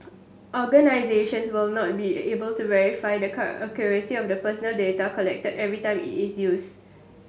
organisations will not be able to verify the accuracy of personal data collected every time it is used